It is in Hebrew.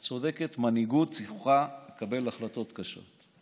את צודקת, מנהיגות צריכה לקבל החלטות קשות.